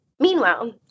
Meanwhile